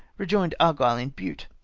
rejoined argyle in bute.